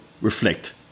reflect